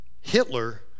Hitler